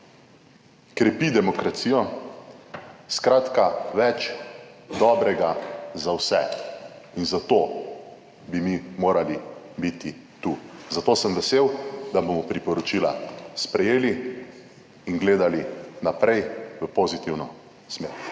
krepi demokracijo. Skratka, več dobrega za vse. In zato bi mi morali biti tu, zato sem vesel, da bomo priporočila sprejeli in gledali naprej v pozitivno smer.